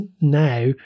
now